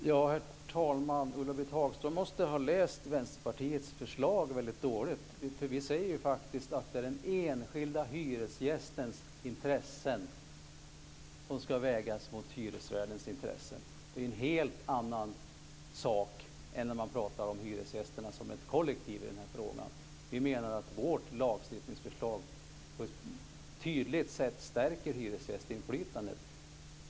Herr talman! Ulla-Britt Hagström måste ha läst Vänsterpartiets förslag väldigt dåligt. Vi säger ju faktiskt att det är den enskilda hyresgästens intressen som ska vägas mot hyresvärdens intressen. Det är en helt annan sak än när man pratar om hyresgästerna som ett kollektiv i den här frågan. Vi menar att vårt lagstiftningsförslag på ett tydligt sätt stärker hyresgästinflytandet.